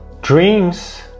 dreams